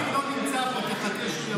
רגע, רגע, לפיד לא נמצא פה, תחכה שהוא יבוא.